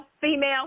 female